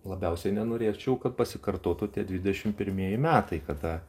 labiausiai nenorėčiau kad pasikartotų tie dvidešim pirmieji metai kada